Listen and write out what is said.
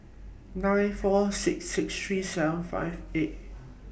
nine four six six three seven five eight